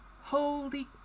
holy